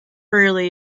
rarely